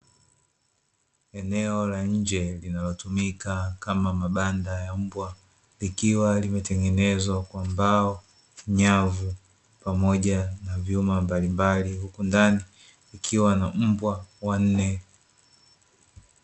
Eneo la nje linalotumika kama mabanda ya mbwa likiwa limetengenezwa kwa mbao, nyavu pamoja na vyuma mbalimbali huku ndani kukiwa na mbwa wanne.